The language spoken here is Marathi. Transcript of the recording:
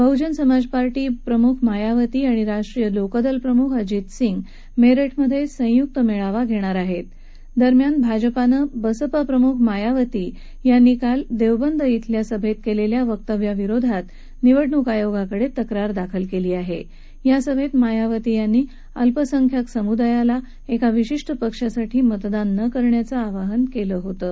बहुजन समाज पार्टी प्रमुख मायावती आणि राष्ट्रीय लोकदल प्रमुख अजीत सिंह मक्तिमध्यक्रियुक्त रेली काढणार आहता दरम्यान भाजपानं बसपा प्रमुख मायावती यांनी काल दक्षिद इधल्या सभक्तिक्लिखी वक्तव्याविरोधात निवडणूक आयोगाकडत्तिक्रार दाखल कळी आह विंग सभती मायावती यांनी अल्पसंख्यक समुदायाला एका विशिष्ट पक्षासाठी मतदान न करण्याचं आवाहन कल्ल होतं